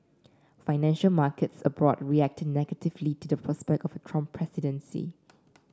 financial markets abroad reacted negatively to the prospect of a Trump presidency